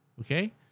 Okay